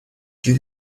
due